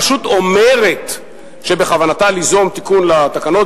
הרשות אומרת שבכוונתה ליזום תיקון לתקנות